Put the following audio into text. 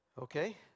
Okay